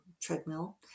treadmill